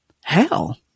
hell